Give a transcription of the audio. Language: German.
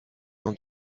und